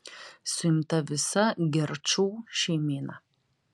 suimta visa gerčų šeimyna